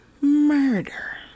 murder